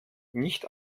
nicht